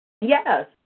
Yes